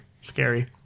Scary